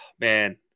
Man